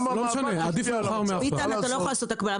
ביטן, אתה לא יכול לעשות הקבלה.